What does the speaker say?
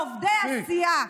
מעובדי הסיעה.